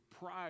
pride